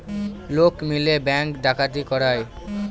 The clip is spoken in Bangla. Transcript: লোক মিলে ব্যাঙ্ক ডাকাতি করায়